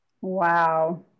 Wow